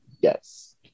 yes